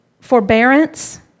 forbearance